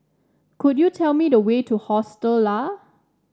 could you tell me the way to Hostel Lah